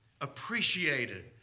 appreciated